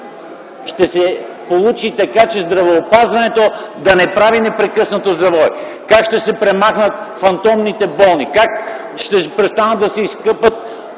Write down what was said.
ще се получи така, че здравеопазването да не прави непрекъснато завои, как ще се премахнат фантомните болни, как ще престанат да се изкупуват